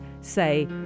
say